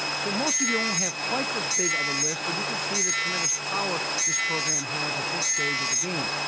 so, most of you wont have quite this long of a list but you can see the tremendous power this program has at this stage of the game.